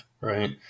right